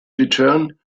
return